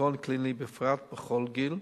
ומדיכאון קליני בפרט, בכל גיל,